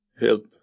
help